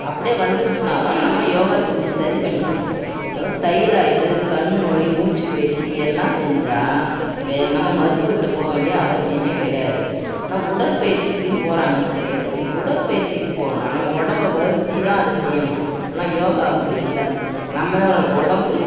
அப்படியே வந்துருந்துச்சுனாலும் நம்ம யோகா செஞ்சு சரி பண்ணிக்கலாம் தைராய்டு கண் நோய் மூச்சுப்பயிற்சி எல்லாம் செஞ்சால் வெ நம்ம மருத்துவர்கிட்டே போக வேண்டிய அவசியமே கிடையாது நம் உடற்பயிற்சிக்குன் போகிறாங்க சில பேர் அப்படி உடற்பயிற்சிக்கு போனால் நம்ம உடம்ப வருத்தி தான் அதை செய்யணும் ஆனால் யோகா அப்படி இல்லை நம்ம உடம்பு